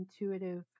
intuitive